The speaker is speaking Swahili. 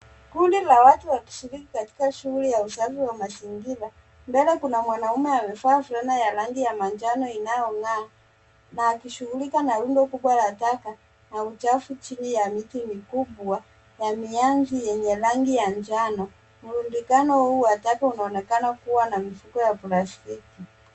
Kundi la watu wakishirika katika shughuli ya usafi wa mazingira. Mbele kuna mwanaume amevaa fulana ya rangi ya manjano inayong'aa na akishughulika na rundo kubwa la taka na uchafu chini ya miti mikubwa ya mianzi yenye rangi njano. Mrundikano huu wa taka unaonekana kuwa na mifuko ya plastiki.